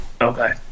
Okay